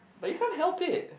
but you can't help it